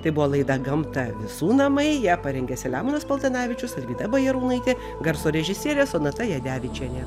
tai buvo laida gamta visų namai ją parengė selemonas paltanavičius alvyda bajarūnaitė garso režisierė sonata jadevičienė